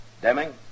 Deming